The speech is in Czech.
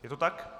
Je to tak?